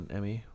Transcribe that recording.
Emmy